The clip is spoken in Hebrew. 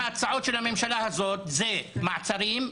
בינתיים ההצעות של הממשלה הזאת הן מעצרים,